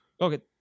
Okay